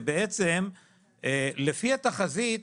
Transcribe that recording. שבעצם לפי התחזית,